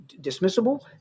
dismissible